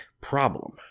problem